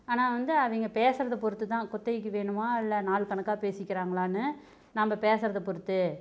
ஆனால் வந்து அவங்க பேசுறதை பொறுத்துதான் குத்தகைக்கு வேணுமா இல்லை நாள் கணக்காக பேசிக்கிறாங்களான்னு நம்ப பேசறதை பொறுத்து